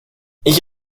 ich